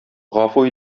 гафу